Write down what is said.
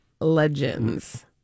legends